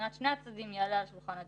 מבחינת שני הצדדים יעלה על שולחן הדיונים.